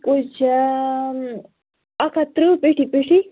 کُلۍ چھِ اَکھ ہتھ تٕرٛہ پیٚٹھی پیٚٹھی